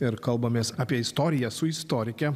ir kalbamės apie istoriją su istorike